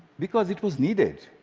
because it was needed.